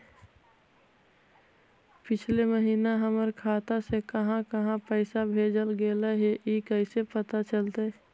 पिछला महिना हमर खाता से काहां काहां पैसा भेजल गेले हे इ कैसे पता चलतै?